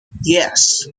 yes